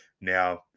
Now